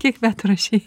kiek metų rašei